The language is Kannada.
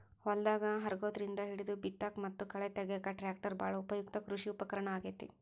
ಹೊಲದಾಗ ಹರಗೋದ್ರಿಂದ ಹಿಡಿದು ಬಿತ್ತಾಕ ಮತ್ತ ಕಳೆ ತಗ್ಯಾಕ ಟ್ರ್ಯಾಕ್ಟರ್ ಬಾಳ ಉಪಯುಕ್ತ ಕೃಷಿ ಉಪಕರಣ ಆಗೇತಿ